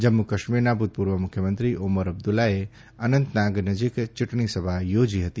જમ્મુ કાશ્મીરના ભૂતપૂર્વ મુખ્યમંત્રી ઓમર અબ્દુલ્લાએ અનંતનાગ નજીક ચૂંટણી સભા યોજી ફતી